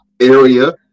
area